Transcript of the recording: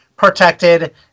protected